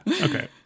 okay